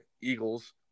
Eagles